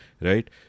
right